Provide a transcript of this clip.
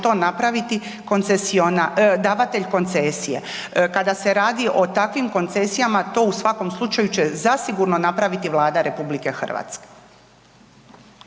koncesionar, davatelj koncesije. Kada se radi o takvim koncesijama, to u svakom slučaju će, zasigurno napraviti Vlada RH.